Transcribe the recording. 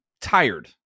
tired